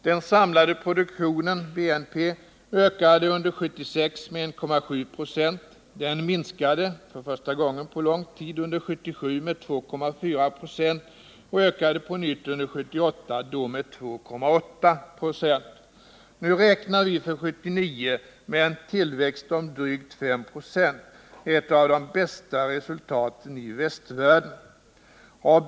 Den samlade produktionen, BNP, ökade under 1976 med 1,7 26, den minskade för första gången på lång tid under 1977 med 2,4 96 och ökade på nytt under 1978, då med 2,8 26. Nu räknar vi för 1979 med en tillväxt på drygt 5 96, ett av de bästa resultaten i västvärlden.